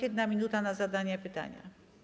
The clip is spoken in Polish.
1 minuta na zadanie pytania.